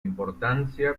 importancia